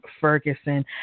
Ferguson